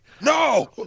No